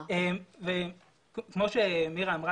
כמו שמירה אמרה,